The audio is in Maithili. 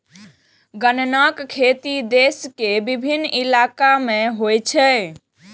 गन्नाक खेती देश के विभिन्न इलाका मे होइ छै